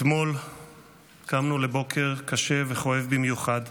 אתמול קמנו לבוקר קשה וכואב במיוחד,